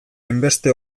hainbeste